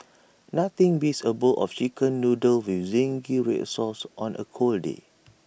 nothing beats A bowl of Chicken Noodles with Zingy Red Sauce on A cold day